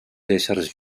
éssers